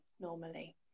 normally